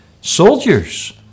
soldiers